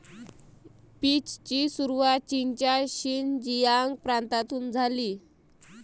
पीचची सुरुवात चीनच्या शिनजियांग प्रांतातून झाली